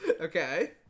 okay